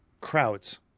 crowds